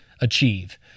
achieve